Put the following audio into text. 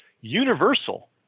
universal